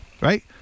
right